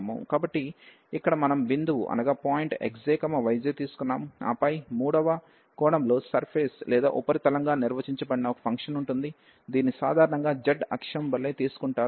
కాబట్టి ఇక్కడ మనం బిందువు xj yj తీసుకున్నాము ఆ పై మూడవ కోణంలో సర్ఫేస్ surface లేదా ఉపరితలంగా నిర్వచించబడిన ఒక ఫంక్షన్ ఉంటుంది దీనిని సాధారణంగా z అక్షం వలె తీసుకుంటారు